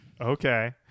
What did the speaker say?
Okay